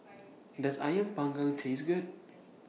Does Ayam Panggang Taste Good